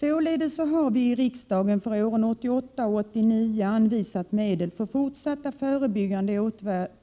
Således har vi i riksdagen för åren 1988 och 1989 anvisat medel för fortsatta förebyggande